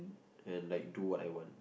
and like do what I want